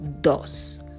Dos